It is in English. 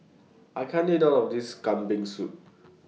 I can't eat All of This Kambing Soup